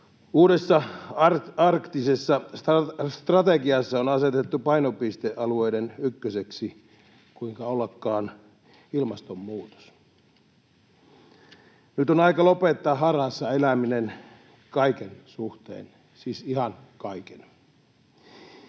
Uudessa arktisessa strategiassa on asetettu painopistealueiden ykköseksi — kuinka ollakaan — ilmastonmuutos. Nyt on aika lopettaa harhassa eläminen kaiken suhteen, siis ihan kaiken,